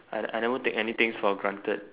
I I never take anything for granted